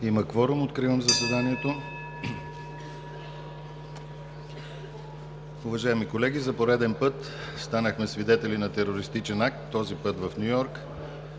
Има кворум. Откривам заседанието. (Звъни.) Уважаеми колеги, за пореден път станахме свидетели на терористичен акт – този път в Ню Йорк,